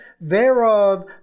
thereof